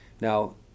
Now